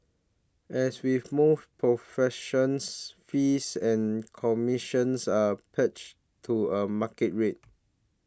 as with most professions fees and commissions are pegged to a market rate